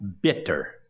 bitter